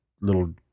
little